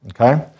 Okay